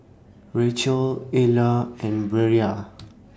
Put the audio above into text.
Rachelle Eulah and Brea